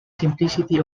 simplicity